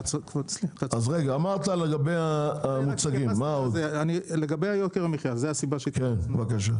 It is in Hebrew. לגבי יוקר המחייה, הסיבה שבגינה התכנסנו.